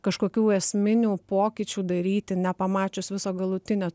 kažkokių esminių pokyčių daryti nepamačius viso galutinio